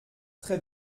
très